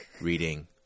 reading